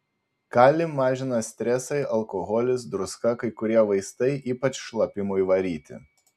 kalį mažina stresai alkoholis druska kai kurie vaistai ypač šlapimui varyti